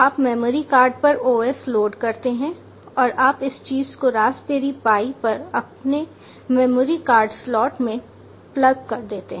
आप memory card पर OS load करते हैं और आप इस चीज़ को रास्पबेरी पाई पर अपने मेमोरी कार्ड स्लॉट में प्लग कर देते हैं